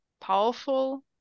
powerful